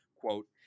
quote